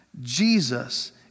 Jesus